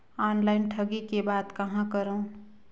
Online ठगी के बाद कहां करों?